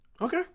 Okay